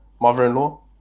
mother-in-law